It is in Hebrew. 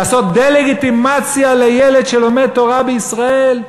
לעשות דה-לגיטימציה לילד שלומד תורה בישראל?